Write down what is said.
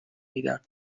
میدن